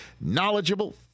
knowledgeable